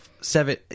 seven